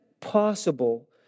possible